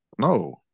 no